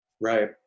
Right